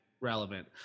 relevant